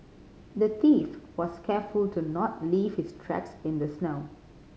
the thief was careful to not leave his tracks in the snow